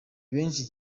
benshi